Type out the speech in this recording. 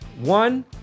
One